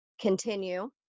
continue